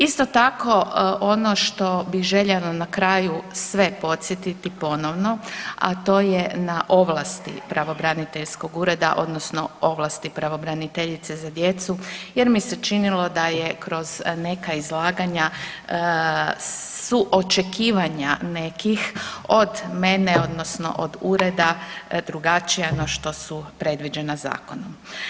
Isto tako ono što bi željela na kraju sve podsjetiti ponovno, a to je na ovlasti pravobraniteljskog ureda odnosno ovlasti pravobraniteljice za djecu jer mi se činilo da je kroz neka izlaganja su očekivanja nekih od mene odnosno od ureda drugačija no što su predviđena zakonom.